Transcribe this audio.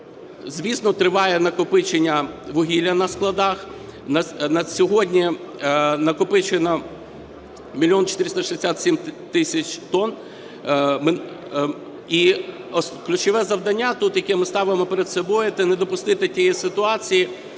Звісно, триває накопичення вугілля на складах, на сьогодні накопичено 1 мільйон 467 тисяч тонн. І ключове завдання тут, яке ми ставимо перед собою, це не допустити тієї ситуації,